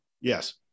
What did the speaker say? Yes